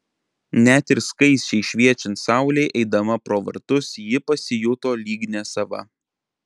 net ir skaisčiai šviečiant saulei eidama pro vartus ji pasijuto lyg nesava